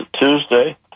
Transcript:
Tuesday